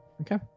Okay